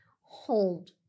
hold